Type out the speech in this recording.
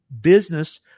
business